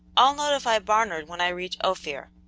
i'll notify barnard when i reach ophir.